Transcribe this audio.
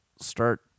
start